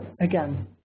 again